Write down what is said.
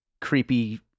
creepy